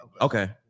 okay